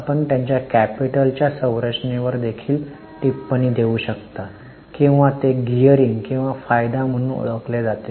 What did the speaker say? आपण त्यांच्या कॅपिटल च्या संरचनेवर देखील टिप्पणी देऊ शकतो किंवा ते गियरिंग किंवा फायदा म्हणून ओळखले जाते